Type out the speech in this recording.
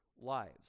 lives